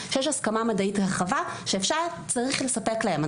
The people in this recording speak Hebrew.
שיש הסכמה מדעית רחבה שאפשר וצריך לספק להם.